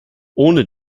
ohne